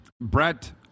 Brett